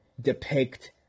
depict